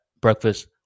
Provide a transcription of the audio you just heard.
breakfast